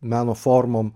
meno formom